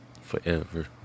forever